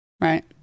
Right